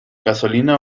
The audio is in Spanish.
gasolina